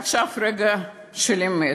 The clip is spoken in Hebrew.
עכשיו רגע של אמת,